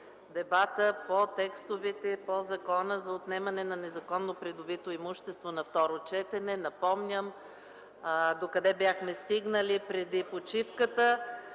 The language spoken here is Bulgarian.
дебата по текстовете на Закона за отнемане на незаконно придобито имущество на второ четене. Припомням докъде бяхме стигнали преди почивката